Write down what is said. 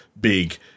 big